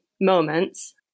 moments